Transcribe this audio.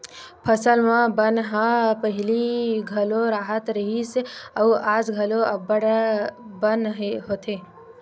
फसल म बन ह पहिली घलो राहत रिहिस अउ आज घलो अब्बड़ बन होथे